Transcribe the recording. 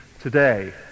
today